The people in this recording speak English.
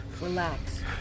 Relax